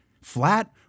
flat